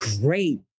Great